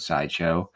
Sideshow